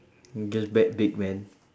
I'm gonna bet big man